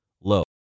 low